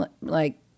like-